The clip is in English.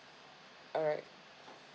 alright